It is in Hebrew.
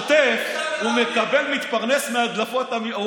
לא משנה שבשוטף הוא מתפרנס מהדלפות,